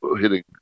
hitting